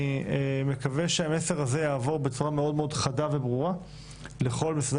אני מקווה שהמסר הזה יעבור בצורה חדה וברורה לכל משרדי